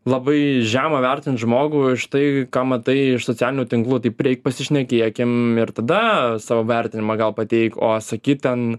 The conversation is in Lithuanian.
labai žema vertint žmogų už tai ką matai iš socialinių tinklų tai prieik pasišnekėkim ir tada savo vertinimą gal pateik o sakyt ten